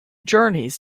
journeys